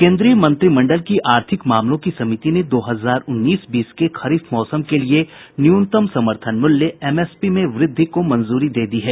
केंद्रीय मंत्रिमंडल की आर्थिक मामलों की समिति ने दो हजार उन्नीस बीस के खरीफ मौसम के लिए न्यूनतम समर्थन मूल्य एम एस पी में वृद्धि को मंजूरी दे दी है